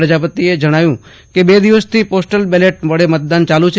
પ્રજાપતિના જણાવ્યા અનુસાર બે દિવસથી પોસ્ટલ બેલેટ વડે મતદાન ચાલ્ છે